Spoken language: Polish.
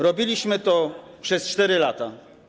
Robiliśmy to przez 4 lata.